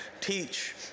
Teach